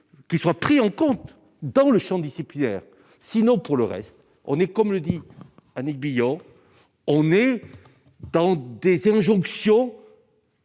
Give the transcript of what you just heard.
qu'il soit pris en compte dans le Champ disciplinaire, sinon pour le reste, on est comme le dit Annick Billon, on est dans des c'est injonction.